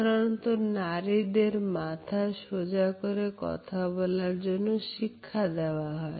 সাধারণত নারীদেরকে মাথা সোজা করে কথা বলার জন্য শিক্ষা দেওয়া হয়